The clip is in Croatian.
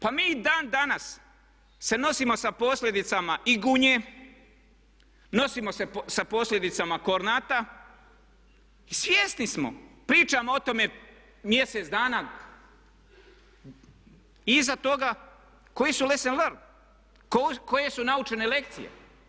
Pa mi i dan danas se nosimo sa posljedicama i Gunje, nosimo se sa posljedicama Kornata i svjesni smo, pričamo o tome mjesec dana iza toga koji su lessson learn, koje su naučene lekcije.